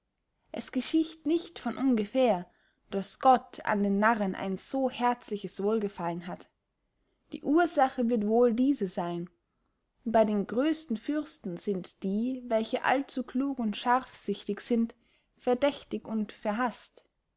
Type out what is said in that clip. es geschicht nicht von ungefehr daß gott an den narren ein so herzliches wohlgefallen hat die ursache wird wohl diese seyn bey den grösten fürsten sind die welche allzuklug und scharfsichtig sind verdächtig und verhaßt